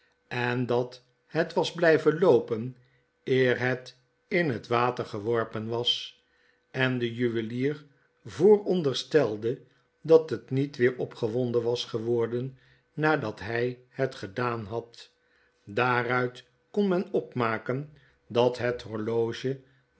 en dat het was blyven loopen eer het in bet water geworpen was en de juwelier vooronderstelde dat het niet weer opgewonden was geworden nadat hy het gedaan had daaruit kon men opmaken dat het horloge